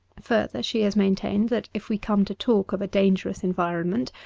further, she has maintained that if we come to talk of a dangerous environment,